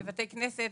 בבתי כנסת,